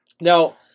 Now